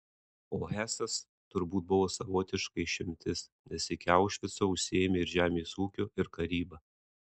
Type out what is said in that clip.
o hesas turbūt buvo savotiška išimtis nes iki aušvico užsiėmė ir žemės ūkiu ir karyba